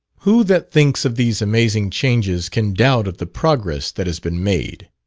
who that thinks of these amazing changes can doubt of the progress that has been made?